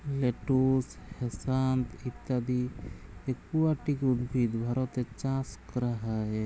lettuce, হ্যাসান্থ ইত্যদি aquatic উদ্ভিদ ভারতে চাস ক্যরা হ্যয়ে